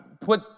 put